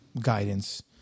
guidance